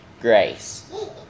grace